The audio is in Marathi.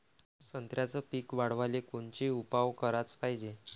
संत्र्याचं पीक वाढवाले कोनचे उपाव कराच पायजे?